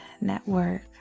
Network